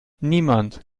niemand